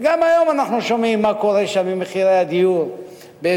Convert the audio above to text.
וגם היום אנחנו שומעים מה קורה שם עם מחירי הדיור באזורים